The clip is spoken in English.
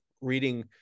reading